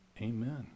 Amen